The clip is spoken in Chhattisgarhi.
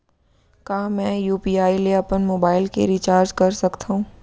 का मैं यू.पी.आई ले अपन मोबाइल के रिचार्ज कर सकथव?